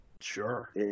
Sure